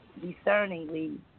discerningly